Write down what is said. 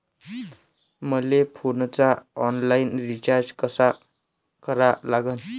मले फोनचा online recharge कसा करा लागन?